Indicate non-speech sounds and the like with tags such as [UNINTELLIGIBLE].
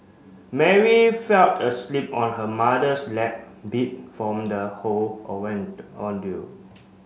Mary felled asleep on her mother's lap beat from the whole [UNINTELLIGIBLE] ordeal